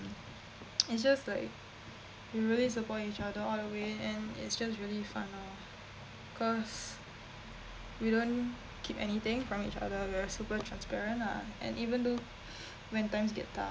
it's just like we really support each other all the way and it's just really fun lor cause we don't keep anything from each other we are super transparent lah and even though when times get tough